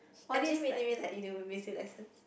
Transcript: I didn't really really like lessons